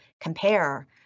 compare